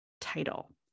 title